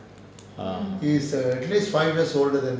orh